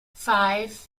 five